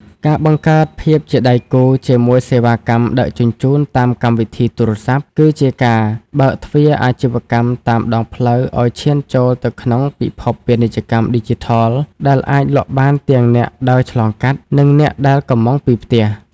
ការបង្កើតភាពជាដៃគូជាមួយសេវាកម្មដឹកជញ្ជូនតាមកម្មវិធីទូរស័ព្ទ គឺជាការបើកទ្វារអាជីវកម្មតាមដងផ្លូវឱ្យឈានចូលទៅក្នុងពិភពពាណិជ្ជកម្មឌីជីថល ដែលអាចលក់បានទាំងអ្នកដើរឆ្លងកាត់ និងអ្នកដែលកម្មង់ពីផ្ទះ។